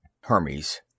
Hermes